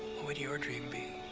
what would your dream be?